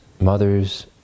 mothers